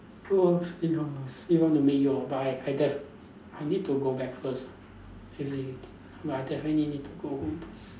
oh see how lah see want to make you oBike but I def~ I need to go back first actually I definitely need to go home